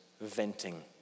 venting